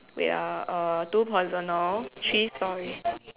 wait ah uh two personal three stories